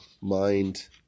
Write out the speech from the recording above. mind